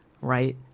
right